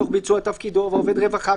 עובד רווחה,